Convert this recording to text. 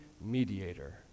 mediator